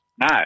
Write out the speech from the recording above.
No